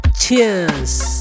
Cheers